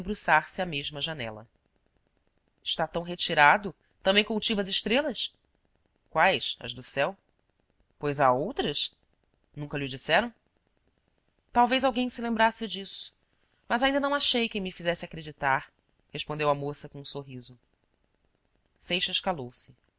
debruçar-se à mesma janela está tão retirado também cultiva as estrelas quais as do céu pois há outras nunca lho disseram talvez alguém se lembrasse disso mas ainda não achei quem me fizesse acreditar respondeu a moça com um sorriso seixas calou-se